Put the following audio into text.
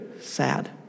sad